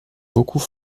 beaucoup